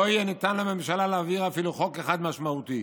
לא יהיה ניתן להעביר אפילו חוק אחד משמעותי,